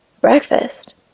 Breakfast